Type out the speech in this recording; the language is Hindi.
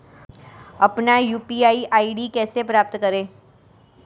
अपना यू.पी.आई आई.डी कैसे प्राप्त करें?